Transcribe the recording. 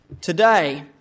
today